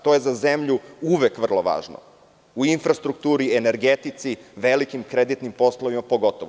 To je za zemlju uvek vrlo važno, u infrastrukturi u energetici, velikim kreditnim poslovima pogotovo.